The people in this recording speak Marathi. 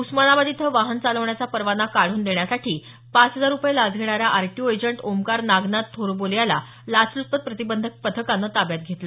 उस्मानाबाद इथं वाहन चालवण्याचा परवाना काढून देण्यासाठी पाच हजार रुपये लाच घेणाऱ्या आरटीओ एजेंट ओंकार नागनाथ थोरबोले याला लाच लुचपत प्रतिबंधक पथकान ताब्यात घेतल